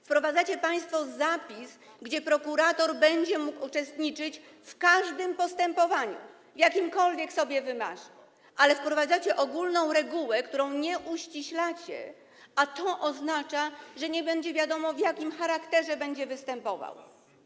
Wprowadzacie państwo zapis, że prokurator będzie mógł uczestniczyć w każdym postępowaniu, jakiekolwiek sobie wymarzy, ale wprowadzacie ogólną regułę, której nie uściślacie, a to oznacza, że nie będzie wiadomo, w jakim charakterze będzie występował.